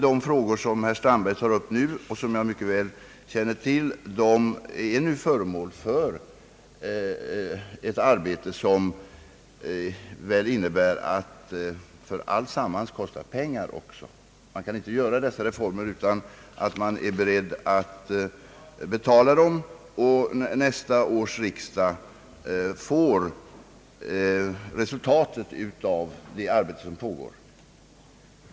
De frågor som herr Strandberg nu tar upp och som jag mycket väl känner till, är föremål för behandling; ett arbete som väl kommer att innebära ökade anslagskrav. Allt kostar nämligen pengar. Man kan inte genomföra dessa reformer utan att man är beredd att betala dem. Nästa års riksdag får mottaga resultatet av det arbete som nu pågår.